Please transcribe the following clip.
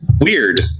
weird